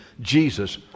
Jesus